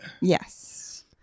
Yes